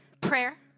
Prayer